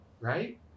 Right